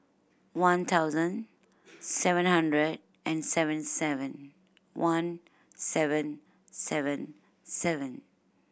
one thousand seven hundred and seventy seven one seven seven seven